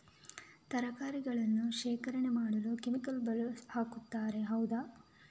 ತರಕಾರಿಗಳನ್ನು ಶೇಖರಣೆ ಮಾಡಲು ಕೆಮಿಕಲ್ ಹಾಕುತಾರೆ ಹೌದ?